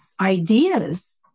ideas